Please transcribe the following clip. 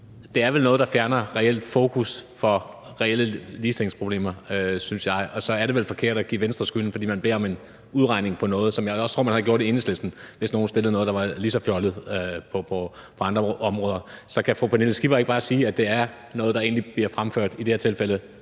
Det er noget, der fjerner fokus fra reelle ligestillingsproblemer, synes jeg, og så er det vel forkert at give Venstre skylden, fordi de beder om en udregning på noget, hvad jeg da også tror at man har gjort i Enhedslisten, hvis nogen stillede med noget, der var lige så fjollet, på andre områder. Så kan fru Pernille Skipper ikke bare sige, at det egentlig er noget, der i det her tilfælde